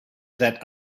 that